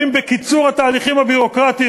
האם בקיצור התהליכים הביורוקרטיים,